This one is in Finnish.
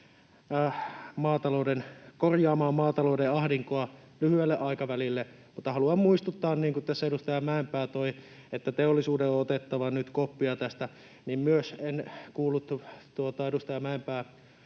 korjaamaan maatalouden ahdinkoa lyhyelle aikavälille, mutta haluan muistuttaa, niin kuin tässä edustaja Mäenpää toi esille, että teollisuuden on otettava nyt koppia tästä. En kuullut edustaja Mäenpään